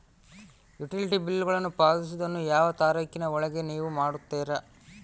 Utility ಬಿಲ್ಲುಗಳನ್ನು ಪಾವತಿಸುವದನ್ನು ಯಾವ ತಾರೇಖಿನ ಒಳಗೆ ನೇವು ಮಾಡುತ್ತೇರಾ?